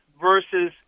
versus